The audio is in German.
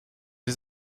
sie